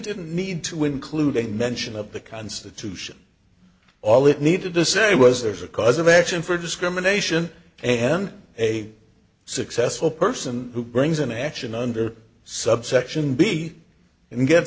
didn't need to include any mention of the constitution all it needed to say was there's a cause of action for discrimination and a successful person who brings an action under subsection b